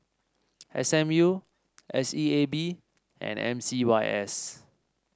S M U S E A B and M C Y S